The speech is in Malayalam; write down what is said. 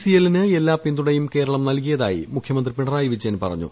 സി എല്ലിന് എല്ലാ പിന്തുണയും കേരളം നൽകിയതായി മുഖ്യമന്ത്രി പിണറായി വിജയൻ പറഞ്ഞു